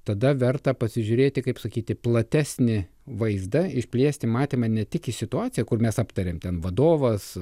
tada verta pasižiūrėti kaip sakyti platesnį vaizdą išplėsti matymą ne tik į situaciją kur mes aptarėm ten vadovas